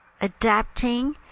Adapting